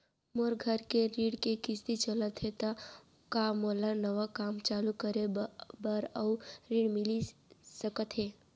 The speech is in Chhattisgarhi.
मोर घर के ऋण के किसती चलत हे ता का मोला नवा काम चालू करे बर अऊ ऋण मिलिस सकत हे?